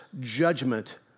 judgment